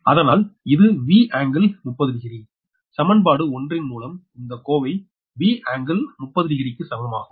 அதனால் இது 𝑉∟300 சமன்பாடு 1 ன் மூலம் இந்த கோவை 𝑉∟300 ற்கு சமமாகும்